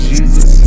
Jesus